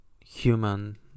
human